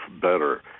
better